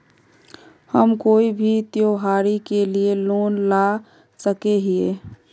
हम कोई भी त्योहारी के लिए लोन ला सके हिये?